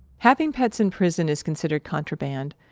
having pets in prison is considered contraband,